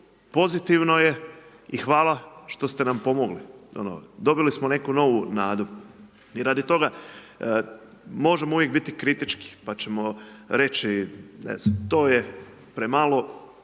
pozitivno je i hvala što ste nam pomogli. Dobili smo neku novu nadu. I radi toga možemo uvijek biti kritički pa ćemo reći, ne znam, to je premalo,